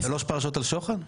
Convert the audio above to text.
שלוש פרשות על שוחד?